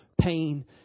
pain